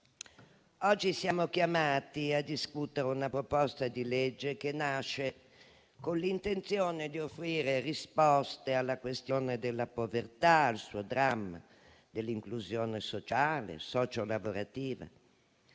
oggi siamo chiamati a discutere una proposta di legge che nasce con l'intenzione di offrire risposte alla questione della povertà, al suo dramma, all'inclusione sociale e socio lavorativa.